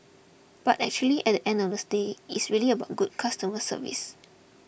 but actually at the end of the day it's really about good customer service